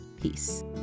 Peace